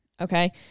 okay